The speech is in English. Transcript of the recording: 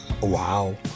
Wow